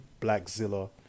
Blackzilla